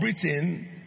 Britain